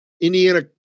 Indiana